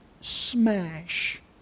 smash